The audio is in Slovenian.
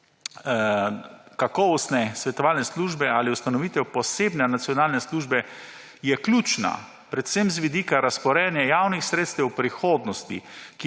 kakovostne svetovalne službe ali ustanovitev posebne nacionalne službe, je ključna predvsem z vidika razporejanja javnih sredstev v prihodnosti,